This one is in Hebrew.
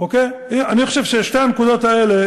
אני חושב ששתי הנקודות האלה,